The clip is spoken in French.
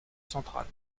centrale